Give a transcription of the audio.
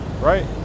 right